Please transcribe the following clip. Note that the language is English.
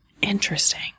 interesting